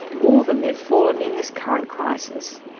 more than they've fallen in this current crisis.